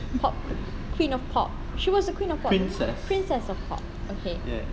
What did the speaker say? pop queen of pop she was a queen of pop princess of pop okay